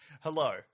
Hello